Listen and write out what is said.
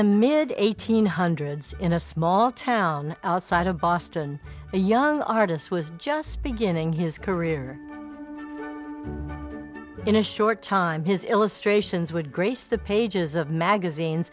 the mid eighteen hundreds in a small town outside of boston a young artist was just beginning his career in a short time his illustrations would grace the pages of magazines